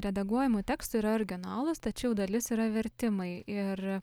redaguojamo teksto yra originalūs tačiau dalis yra vertimai ir